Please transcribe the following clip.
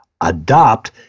adopt